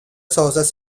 sources